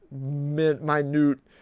minute